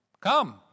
Come